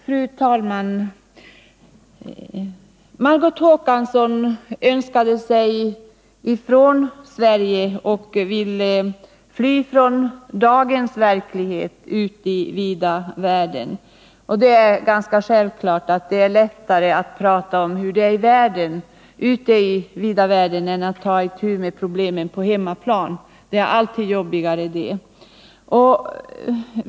Fru talman! Margot Håkansson önskade sig ifrån Sverige och ville fly från dagens verklighet ut i vida världen. Det är ganska självklart att det är lättare att prata om hur det är ute i vida världen än att ta itu med problemen på hemmaplan — det är alltid jobbigare.